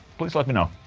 please let me know.